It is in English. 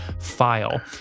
file